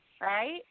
right